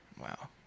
Wow